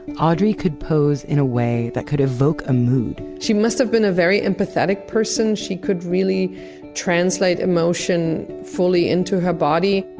audrey could pose in a way that could evoke a mood she must have been a very empathetic person. she could really translate emotion fully into her body.